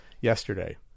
yesterday